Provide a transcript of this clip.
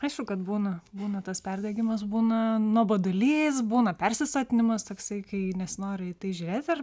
aišku kad būna būna tas perdegimas būna nuobodulys būna persisotinimas toksai kai nesinori į tai žiūrėti ar